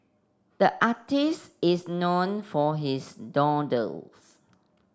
the artist is known for his